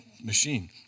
machine